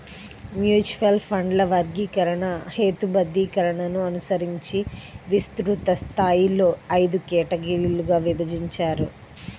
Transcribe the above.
mutual ఫండ్ల వర్గీకరణ, హేతుబద్ధీకరణను అనుసరించి విస్తృత స్థాయిలో ఐదు కేటగిరీలుగా విభజించారు